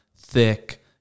thick